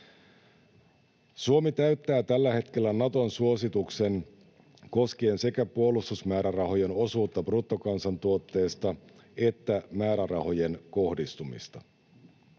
Suomi täyttää tällä hetkellä Naton suosituksen koskien sekä puolustusmäärärahojen osuutta bruttokansantuotteesta että määrärahojen kohdistumista.